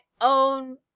own